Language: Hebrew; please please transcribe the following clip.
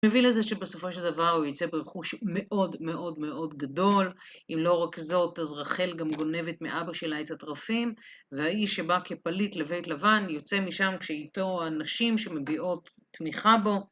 מביא לזה שבסופו של דבר הוא יוצא ברכוש מאוד מאוד מאוד גדול, אם לא רק זאת, אז רחל גם גונבת מאבא שלה את התרפים, והאיש שבא כפליט לבית לבן יוצא משם כשאיתו הנשים שמביעות תמיכה בו.